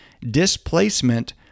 Displacement